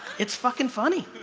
it's fucking funny